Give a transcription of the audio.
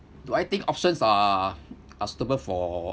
do I think options are are suitable for